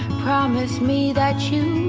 promise me that you